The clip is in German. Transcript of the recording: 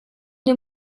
dem